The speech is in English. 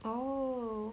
oh